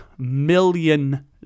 million